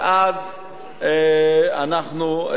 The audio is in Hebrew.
ואז אנחנו,